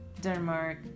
Denmark